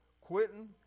quitting